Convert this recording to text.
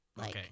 Okay